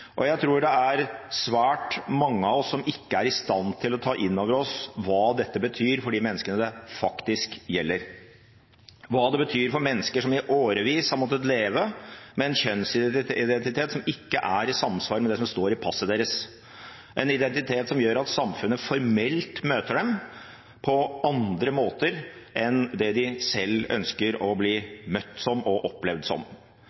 Jeg tror det er svært mange av oss som ikke er i stand til å ta inn over oss hva dette betyr for de menneskene det faktisk gjelder, hva det betyr for mennesker som i årevis har måttet leve med en kjønnsidentitet som ikke er i samsvar med det som står i passet deres, en identitet som gjør at samfunnet formelt møter dem på andre måter enn det de selv ønsker å bli møtt som